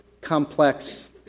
complex